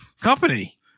company